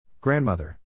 Grandmother